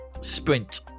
Sprint